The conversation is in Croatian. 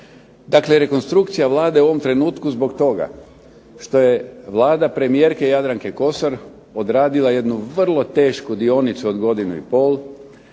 Dakle, rekonstrukcija Vlade u ovom trenutku zbog toga što je Vlada premijerke Jadranke Kosor odradila jednu vrlo tešku dionicu od godine i pol,